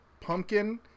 pumpkin